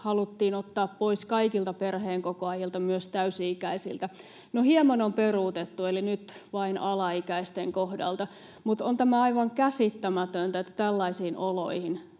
haluttiin ottaa pois kaikilta perheenkokoajilta, myös täysi-ikäisiltä, no hieman on peruutettu, eli nyt vain alaikäisten kohdalta. Mutta on tämä aivan käsittämätöntä, että tällaisiin oloihin